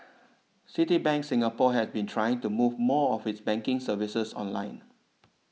Citibank Singapore has been trying to move more of its banking services online